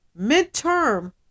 midterm